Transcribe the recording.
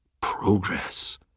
progress